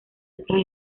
otras